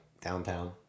downtown